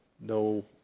no